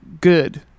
good